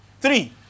Three